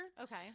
okay